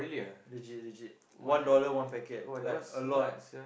legit legit one dollar one packet like a lot